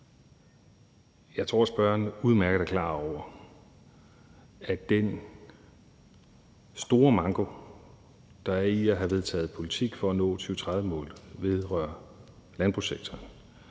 Jeg tror, at spørgeren udmærket er klar over, at den store manko, der er i at have vedtaget politik for at nå 2030-målet, vedrører landbrugssektoren.